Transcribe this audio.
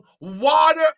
water